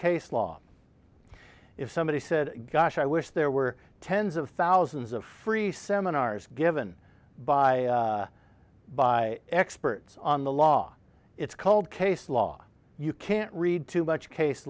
case law if somebody said gosh i wish there were tens of thousands of free seminars given by by experts on the law it's cold case law you can't read too much case